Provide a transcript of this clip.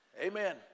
Amen